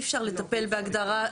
ואי אפשר לטפל בהגדרה.